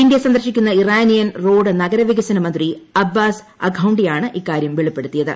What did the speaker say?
India സന്ദർശിക്കുന്ന Iranian road നഗരവികസന മന്ത്രി അബ്ബാസ് അഖൌണ്ടി ആണ് ഇക്കാര്യം വെളിപ്പെടുത്തിയത്